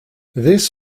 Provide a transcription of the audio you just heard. this